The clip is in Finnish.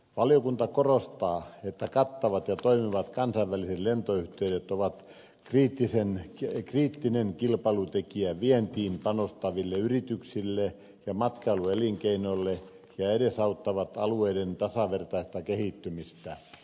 valiokunta korostaa että kattavat ja toimivat kansainväliset lentoyhteydet ovat kriittinen kilpailutekijä vientiin panostaville yrityksille ja matkailuelinkeinolle ja edesauttavat alueiden tasavertaista kehittymistä